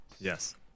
yes